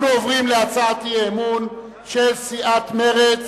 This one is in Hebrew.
אנחנו עוברים להצעת אי-אמון של סיעת מרצ